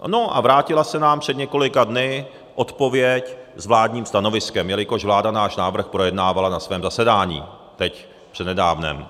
No a vrátila se nám před několika dny odpověď s vládním stanoviskem, jelikož vláda náš návrh projednávala na svém zasedání, teď přednedávnem.